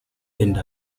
and